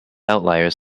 outliers